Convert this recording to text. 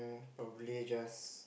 but really just